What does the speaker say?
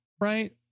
right